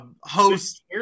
host